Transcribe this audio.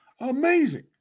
Amazing